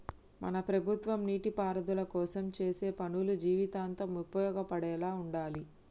మన ప్రభుత్వం నీటిపారుదల కోసం చేసే పనులు జీవితాంతం ఉపయోగపడేలా ఉండాలి